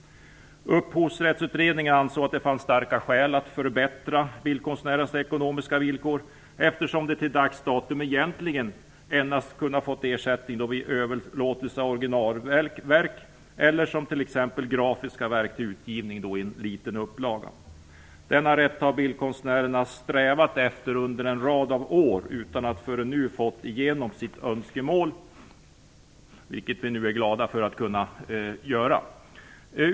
Upphovsrättsutredningen ansåg att det fanns starka skäl till att förbättra bildkonstnärernas ekonomiska villkor, eftersom de till dags datum egentligen endast kunnat få ersättning vid överlåtelse av originalverk eller av t.ex. grafiska verk till utgivning i en liten upplaga. Denna rätt har bildkonstnärerna strävat efter många år utan att förrän nu få igenom sina önskemål. Vi är glada för att nu kunna säkra dem den rätten.